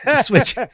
Switch